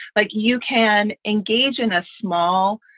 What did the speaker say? like you can engage in a small,